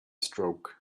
stroke